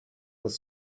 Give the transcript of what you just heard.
was